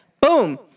Boom